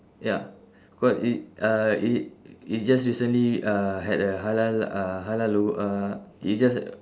ya cause it uh it it just recently uh had a halal uh halal logo uh it's just